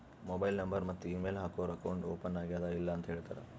mobile number ಮತ್ತ email ಹಾಕೂರ್ account open ಆಗ್ಯಾದ್ ಇಲ್ಲ ಅಂತ ಹೇಳ್ತಾರ್